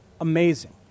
Amazing